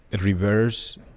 reverse